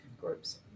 groups